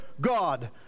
God